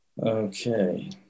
Okay